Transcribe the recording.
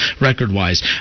record-wise